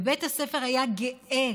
ובית הספר היה גאה